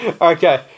Okay